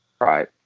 Right